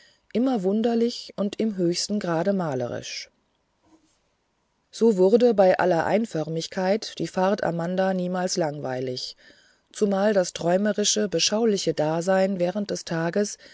immer wunderlich und im höchsten grade malerisch so wurde bei aller einförmigkeit die fahrt amanda niemals langweilig zumal das träumerische beschauliche dasein während des tages